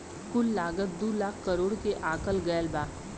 कुल लागत दू लाख करोड़ के आकल गएल बा